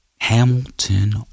Hamilton